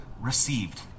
received